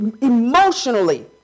emotionally